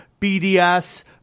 BDS